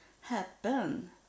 happen